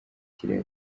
kiriya